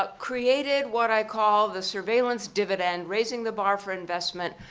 ah created what i call the surveillance dividend, raising the bar for investment,